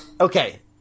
Okay